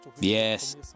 Yes